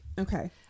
Okay